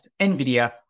NVIDIA